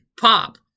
Pop